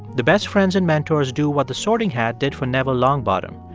the best friends and mentors do what the sorting hat did for neville longbottom.